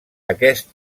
aquest